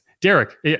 Derek